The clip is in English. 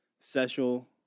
sexual